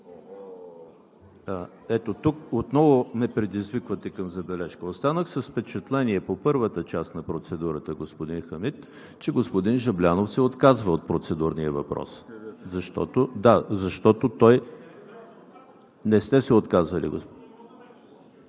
Ето тук отново ме предизвиквате към забележка. Останах с впечатлението – по първата част на процедурата, господин Хамид, че господин Жаблянов се отказва от процедурния въпрос, защото той… (Реплика от народния